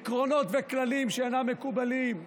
עקרונות וכללים שאינם מקובלים.